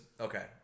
Okay